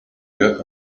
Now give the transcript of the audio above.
get